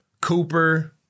Cooper